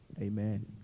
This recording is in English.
Amen